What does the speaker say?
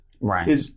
Right